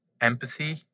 Empathy